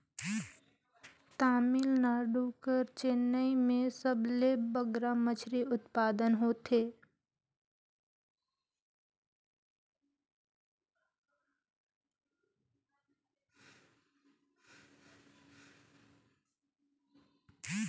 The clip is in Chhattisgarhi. तमिलनाडु कर चेन्नई में सबले बगरा मछरी उत्पादन होथे